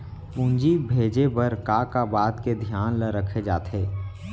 पूंजी भेजे बर का का बात के धियान ल रखे जाथे?